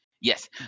Yes